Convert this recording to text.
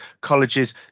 colleges